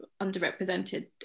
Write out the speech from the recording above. underrepresented